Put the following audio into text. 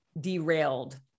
derailed